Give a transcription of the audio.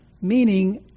Meaning